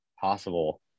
possible